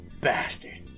bastard